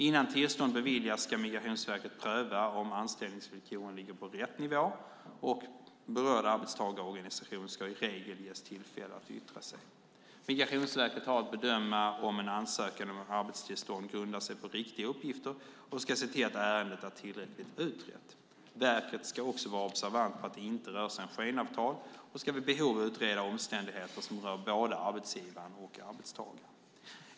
Innan tillstånd beviljas ska Migrationsverket pröva om anställningsvillkoren ligger på rätt nivå, och berörd arbetstagarorganisation ska i regel ges tillfälle att yttra sig. Migrationsverket har att bedöma om en ansökan om arbetstillstånd grundar sig på riktiga uppgifter och ska se till att ärendet är tillräckligt utrett. Verket ska också vara observant på att det inte rör sig om skenavtal och ska vid behov utreda omständigheter som rör både arbetsgivaren och arbetstagaren.